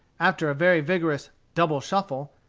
after a very vigorous double shuffle,